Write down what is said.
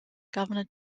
governor